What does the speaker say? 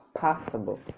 possible